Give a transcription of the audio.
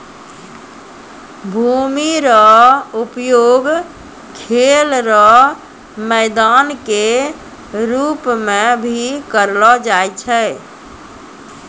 भूमि रो उपयोग खेल रो मैदान के रूप मे भी करलो जाय छै